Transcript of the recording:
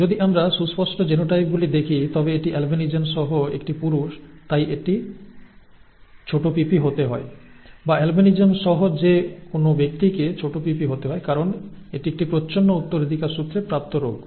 যদি আমরা সুস্পষ্ট জিনোটাইপগুলি দেখি তবে এটি আলবিনিজম সহ একটি পুরুষ তাই এটি pp হতে হয় বা অ্যালবিনিজম সহ যে কোনও ব্যক্তিকে pp হতে হয় কারণ এটি একটি প্রচ্ছন্ন উত্তরাধিকারসূত্রে প্রাপ্ত রোগ